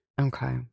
okay